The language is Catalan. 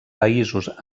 països